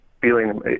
feeling